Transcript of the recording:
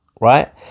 right